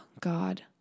god